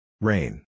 rain